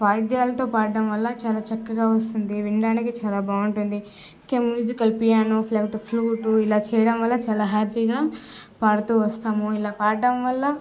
వాయిద్యాలతో పాడ్డం వల్ల చాలా చక్కగా వస్తుంది వినడానికి చాలా బాగుంటుంది కిమ్ మ్యూజికల్ పియానో ఫ్లా ఫ్లూటు ఇలా చేయడం వల్ల చాలా హ్యాపీగా పాడుతూ వస్తాము ఇలా పాడటం వల్ల